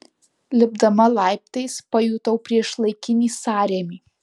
lipdama laiptais pajutau priešlaikinį sąrėmį